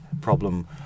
problem